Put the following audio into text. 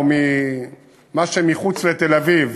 או ממה שמחוץ לתל-אביב,